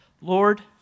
Lord